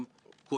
חד וחלק.